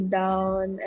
down